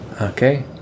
Okay